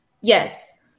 Yes